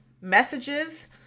messages